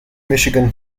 michigan